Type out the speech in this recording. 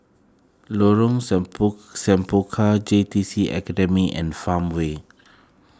Lorong Semangka J T C Academy and Farmway